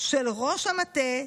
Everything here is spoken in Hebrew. של ראש המטה,